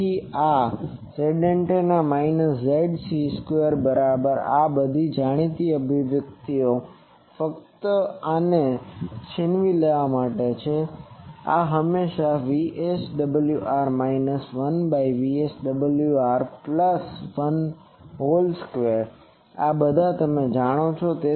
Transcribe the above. તેથી આ Zantenna minus Zc square બરાબર છે આ બધા જાણીતા અભિવ્યક્તિઓ ફક્ત આને છીનવી લેવા માટે છે અને આ હંમેશાં VSWR minus 1 by VSWR plus 1 whole square આ તમે બધા જાણો છો